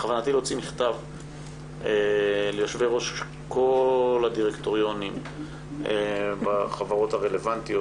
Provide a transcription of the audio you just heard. בכוונתי להוציא מכתב ליושבי-ראש כל הדירקטוריונים בחברות הרלוונטיות.